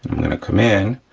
i'm gonna come in,